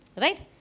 Right